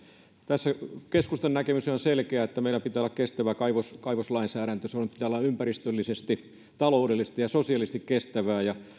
tässä keskustan näkemys on selkeä että meillä pitää olla kestävä kaivoslainsäädäntö sen pitää olla ympäristöllisesti taloudellisesti ja sosiaalisesti kestävä